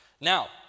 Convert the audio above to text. Now